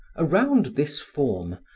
around this form,